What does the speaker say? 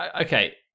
okay